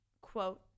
quote